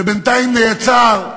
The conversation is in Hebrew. שבינתיים נעצר,